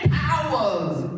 powers